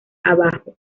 abajo